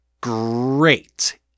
great